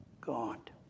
God